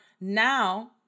now